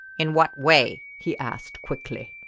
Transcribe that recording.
in what way? he asked quickly.